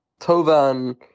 Tovan